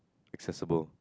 accessible